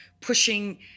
pushing